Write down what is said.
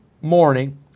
morning